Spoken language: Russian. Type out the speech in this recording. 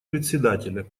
председателя